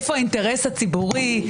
איפה האינטרס הציבורי?